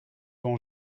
ont